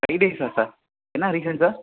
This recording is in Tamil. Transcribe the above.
ஃபை டேஸ்ஸா சார் என்ன ரீசன் சார்